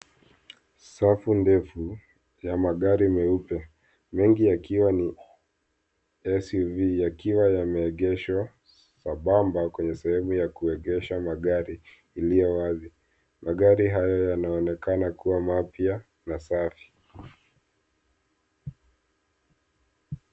Safu ndefu ya magari meupe. Mengi yakiwa ni SUV yakiwa yameegeshwa kwa pamba kwenye sehemu ya kuegesha magari iliyo wazi. Magari hayo yanaonekana kuwa mapya na safi.